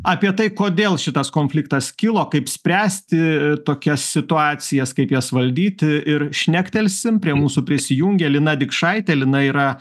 apie tai kodėl šitas konfliktas kilo kaip spręsti tokias situacijas kaip jas valdyti ir šnektelsim prie mūsų prisijungė lina dikšaitė lina yra